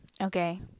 okay